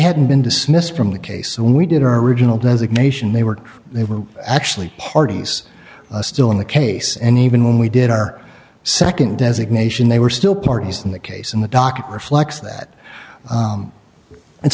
had been dismissed from the case so when we did our original designation they were they were actually parties still in the case and even when we did our nd designation they were still parties in the case and the doc reflects that it's